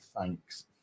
thanks